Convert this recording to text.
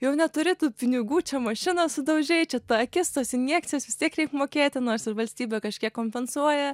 jau neturi tų pinigų čia mašiną sudaužei čia ta akis tos injekcijos vis tiek reik mokėti nors ir valstybė kažkiek kompensuoja